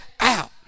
out